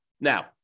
Now